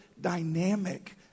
dynamic